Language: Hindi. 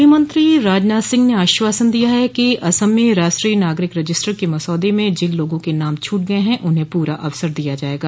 गृहमंत्री राजनाथ सिंह ने आश्वासन दिया है कि असम में राष्ट्रीय नागरिक रजिस्टर के मसौदे में जिन लोगों के नाम छूट गये हैं उन्हें पूरा अवसर दिया जायेगा